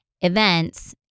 events